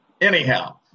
Anyhow